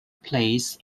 place